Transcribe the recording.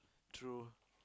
true